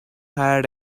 had